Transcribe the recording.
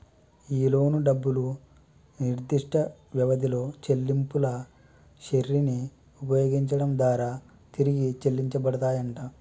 ఈ లోను డబ్బులు నిర్దిష్ట వ్యవధిలో చెల్లింపుల శ్రెరిని ఉపయోగించడం దారా తిరిగి చెల్లించబడతాయంట